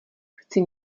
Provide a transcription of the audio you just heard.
chci